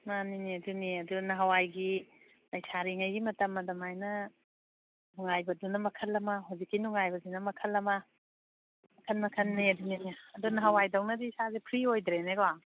ꯃꯥꯅꯤꯅꯦ ꯑꯗꯨꯅꯤ ꯑꯗꯨ ꯅꯍꯥꯟꯋꯥꯏꯒꯤ ꯂꯩꯁꯥꯔꯤꯉꯩ ꯃꯇꯝ ꯑꯗꯨꯃꯥꯏꯅ ꯅꯨꯡꯉꯥꯏꯕꯗꯨꯅ ꯃꯈꯜ ꯑꯃ ꯍꯧꯖꯤꯛꯀꯤ ꯅꯨꯡꯉꯥꯏꯕꯁꯤꯅ ꯃꯈꯜ ꯑꯃ ꯃꯈꯜ ꯃꯈꯜꯅꯦ ꯑꯗꯨꯅꯤꯅꯦ ꯑꯗꯨ ꯅꯍꯥꯟꯋꯥꯏꯗꯧꯅꯗꯤ ꯏꯁꯥꯁꯦ ꯐ꯭ꯔꯤ ꯑꯣꯏꯗ꯭ꯔꯦꯅꯦꯀꯣ